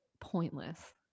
pointless